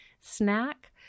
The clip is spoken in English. snack